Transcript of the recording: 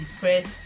depressed